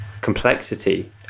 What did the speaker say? complexity